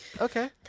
okay